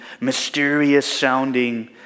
mysterious-sounding